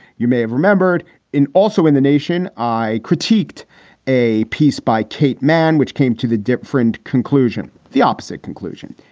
you may have remembered it. also in the nation, i critiqued a piece by kate mann, which came to the different conclusion, the opposite conclusion.